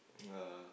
yeah